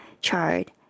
chard